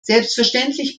selbstverständlich